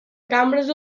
cambres